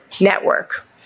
network